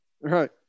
right